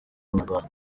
inyarwanda